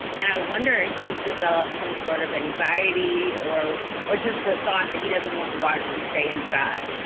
and i wonder if he's developed some sort of anxiety or or just that thought that he doesn't want the water to stay inside.